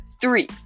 Three